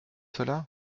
cela